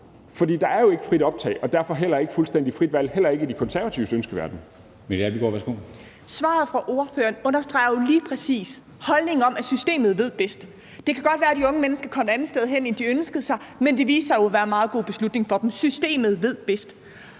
Formanden (Henrik Dam Kristensen): Mette Abildgaard, værsgo. Kl. 10:41 Mette Abildgaard (KF): Svaret fra ordføreren understreger jo lige præcis holdningen om, at systemet ved bedst. Det kan godt være, at de unge mennesker kommer et andet sted hen, end de ønskede sig, men det viste sig jo at være en meget god beslutning for dem – systemet ved bedst!